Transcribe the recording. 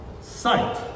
Sight